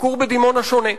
הכור בדימונה שונה,